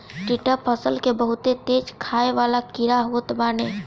टिड्डा फसल के बहुते तेज खाए वाला कीड़ा होत बाने